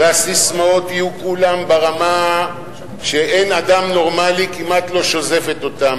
והססמאות יהיו כולן ברמה שעין אדם נורמלי כמעט לא שוזפת אותה,